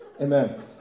Amen